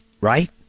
Right